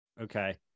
Okay